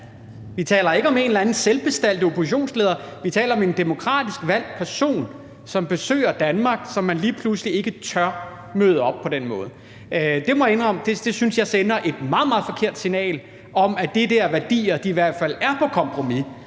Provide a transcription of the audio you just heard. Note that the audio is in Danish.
Vi taler ikke om en eller anden selvbestaltet oppositionsleder, men vi taler om en demokratisk valgt person, som besøger Danmark, og som man lige pludselig ikke tør møde på den måde. Det må jeg indrømme jeg synes sender et meget, meget forkert signal om, at der i hvert fald i forhold